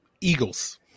Eagles